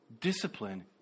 Discipline